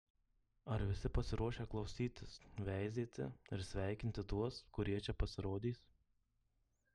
ar visi pasiruošę klausytis veizėti ir sveikinti tuos kurie čia pasirodys